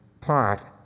taught